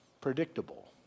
predictable